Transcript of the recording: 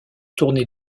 tournée